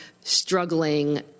struggling